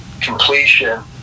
completion